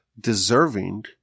deserving